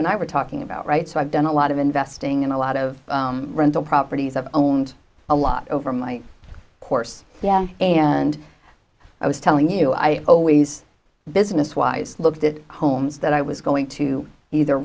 and i were talking about right so i've done a lot of investing in a lot of rental properties of owned a lot over my course and i was telling you i always business wise looked at homes that i was going to either